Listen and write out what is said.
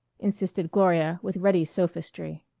insisted gloria with ready sophistry.